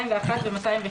201 ו-202,